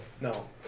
No